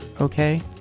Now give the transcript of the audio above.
okay